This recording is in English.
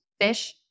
fish